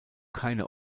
keine